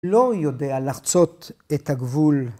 ‫לא יודע לחצות את הגבול.